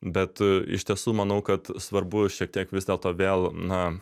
bet iš tiesų manau kad svarbu šiek tiek vis dėlto vėl na